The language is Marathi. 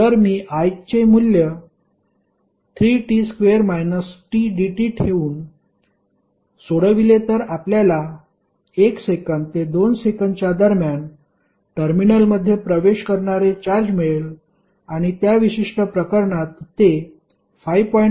जर मी I चे मूल्य dt ठेऊन सोडविले तर आपल्याला 1 सेकंद ते 2 सेकंदच्या दरम्यान टर्मिनलमध्ये प्रवेश करणारे चार्ज मिळेल आणि त्या विशिष्ट प्रकरणात ते 5